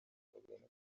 kagame